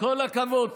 כל הכבוד.